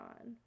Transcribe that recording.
on